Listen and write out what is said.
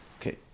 Okay